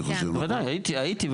בוודאי הייתי,